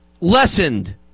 lessened